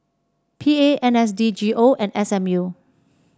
P A N S D G O and S M U